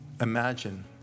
imagine